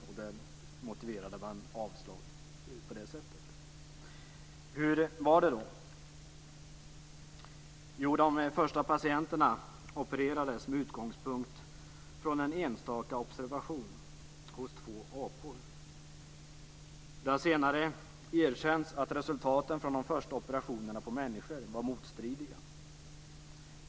Där motiverade man avslag på det sättet. Hur var det då? Jo, de första patienterna opererades med utgångspunkt från en enstaka observation hos två apor. Det har senare erkänts att resultaten från de första operationerna på människor var motstridiga.